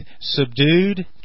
subdued